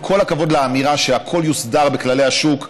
עם כל הכבוד לאמירה שהכול יוסדר בכללי השוק,